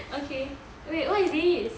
okay wait what is this